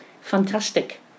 Fantastic